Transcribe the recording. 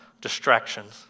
distractions